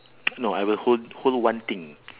no I will hold hold one thing